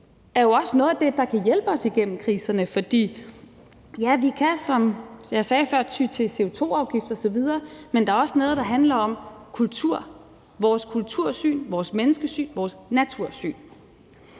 jo også er noget af det, der kan hjælpe os igennem kriserne, for vi kan, som jeg sagde før, ty til CO2-afgifter osv., men der er også noget, der handler om kultur, vores kultursyn, vores menneskesyn, vores natursyn.